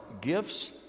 gifts